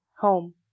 home